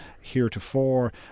heretofore